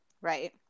Right